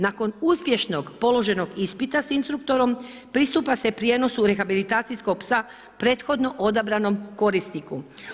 Nakon uspješnog položenog ispita sa instruktorom pristupa se prijenosu rehabilitacijskog psa prethodno odabranom korisniku.